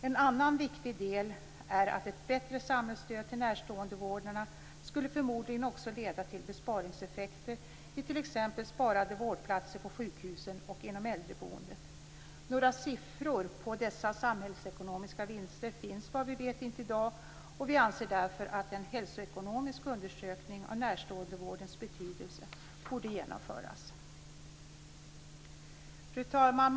En annan viktig del är att ett bättre samhällsstöd till närståendevårdarna förmodligen också skulle ge besparingseffekter i form av t.ex. sparade vårdplatser på sjukhusen och inom äldreboendet. Några siffror på dessa samhällsekonomiska vinster finns vad vi vet inte i dag. Vi anser därför att en hälsoekonomisk undersökning av närståendevårdens betydelse borde genomföras. Fru talman!